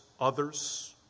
others